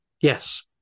Yes